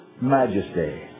majesty